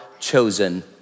chosen